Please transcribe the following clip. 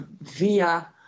via